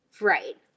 Right